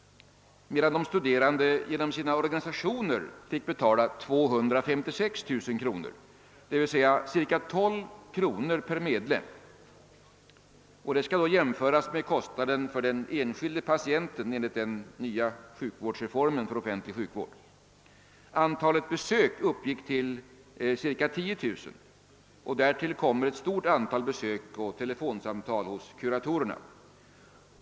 medan de studerande genom sina organisationer fick betala 256 000 kr., d. v. s. 12 kr. per medlem. Denna siffra skall jämföras med kostnaden för den enskilde patienten enligt den nyligen genomförda reformen inom den offentliga sjukvården. Antalet besök uppgick till ca 10000 och därtill kommer ett stort antal besök och telefonsamtal hos kuratorerna.